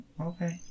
Okay